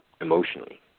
emotionally